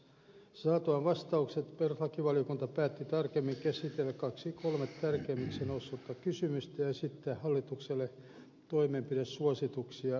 saatuaan vastaukset perustuslakivaliokunta päätti tarkemmin käsitellä kaksi kolme tärkeimmiksi noussutta kysymystä ja esittää hallitukselle toimenpidesuosituksia niiden osalta